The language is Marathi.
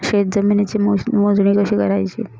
शेत जमिनीची मोजणी कशी करायची?